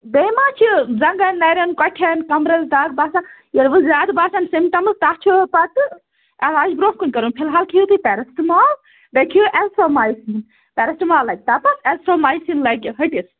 بیٚیہِ مہ چھ زَنٛگَن نَرٮ۪ن کوٚٹھیٚن کَمبرَس دگ باسان ییٚلہِ وَنۍ زیاد باسَان سِمپٹَمز تتھ چھُ پَتہٕ علاج برونٛہہ کُن کَرُن فِلحال کھیٚیِو تُہۍ پیرسٹمال بیٚیہِ کھیٚیِو ازتھرومایسیٖن پیرسٹمال لَگہِ تَپَس ازتھرومایسیٖن لَگہِ ہیٚٹِس